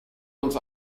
uns